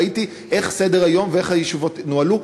ראיתי איך סדר-היום ואיך הישיבות נוהלו.